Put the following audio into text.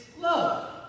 love